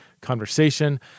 conversation